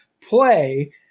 play